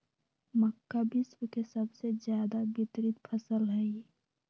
मक्का विश्व के सबसे ज्यादा वितरित फसल हई